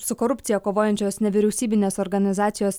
su korupcija kovojančios nevyriausybinės organizacijos